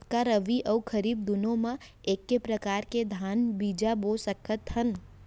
का रबि अऊ खरीफ दूनो मा एक्के प्रकार के धान बीजा बो सकत हन?